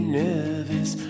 nervous